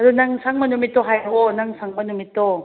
ꯑꯗꯣ ꯅꯪ ꯁꯪꯕ ꯅꯨꯃꯤꯠꯇꯣ ꯍꯥꯏꯔꯛꯑꯣ ꯅꯪ ꯁꯪꯕ ꯅꯨꯃꯤꯠꯇꯣ